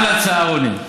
גם לצהרונים,